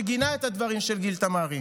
שגינה את הדברים של גיל תמרי,